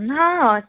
ହଁ ହଁ